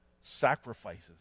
sacrifices